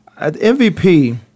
MVP